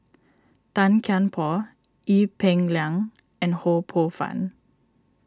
Tan Kian Por Ee Peng Liang and Ho Poh Fun